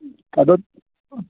तद्